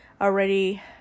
already